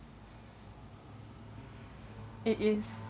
it is